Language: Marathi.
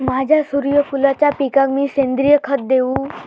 माझ्या सूर्यफुलाच्या पिकाक मी सेंद्रिय खत देवू?